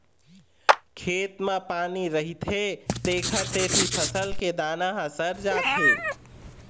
खेत म पानी रहिथे तेखर सेती फसल के दाना ह सर जाथे